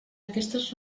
aquestes